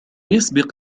يسبق